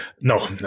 No